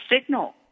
signal